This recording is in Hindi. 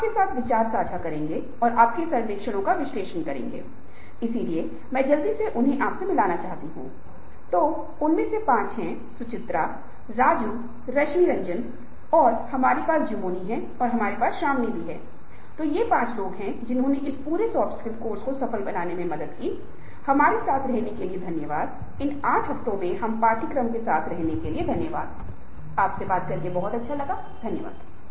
आपकी प्रेरणा आपके स्वयं के आत्मनिरीक्षण और मानसिकता में परिवर्तन और जीवन में अपने लक्ष्य को महसूस करने के लिए कुछ सक्रियताओं का अभ्यास करने पर आधारित है और यहां तक कि संगठन में भी व्यक्ति को प्रेरित करने के लिए अलग अलग तरीके हैं यदि आप खुद को कुछ चीजों को करने के लिए प्रेरित कर सकते हैं जो जीवन में सफल होने और दूसरों से आगे निकलने का सबसे अच्छा तरीका है और आगे बढ़ें